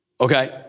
okay